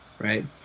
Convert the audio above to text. Right